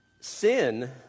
sin